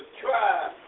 try